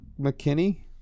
McKinney